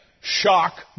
Shock